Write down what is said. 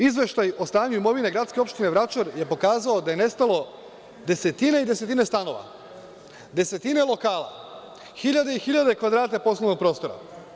Izveštaj o stanju imovine gradske opštine Vračar je pokazao da je nestalo desetine i desetine stanova, desetine lokala, hiljade i hiljade kvadrata poslovnog prostora.